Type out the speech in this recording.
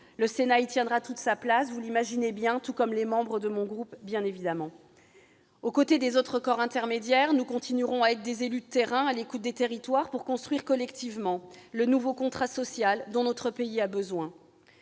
Le Sénat tiendra toute sa place dans ce débat, vous l'imaginez bien, tout comme, cela va sans dire, les membres de mon groupe. Aux côtés des autres corps intermédiaires, nous continuerons à être des élus de terrain, à l'écoute des territoires, pour construire collectivement le nouveau contrat social dont notre pays a besoin.